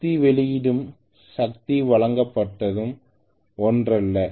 சக்தி வெளியீடும் சக்தியும் வழங்கப்பட்டதும் ஒன்றல்ல